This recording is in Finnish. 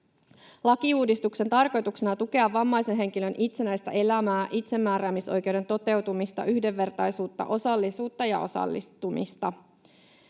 Lakiuudistuksen tarkoituksena on tukea vammaisen henkilön itsenäistä elämää, itsemääräämisoikeuden toteutumista, yhdenvertaisuutta, osallisuutta ja osallistumista.